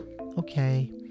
Okay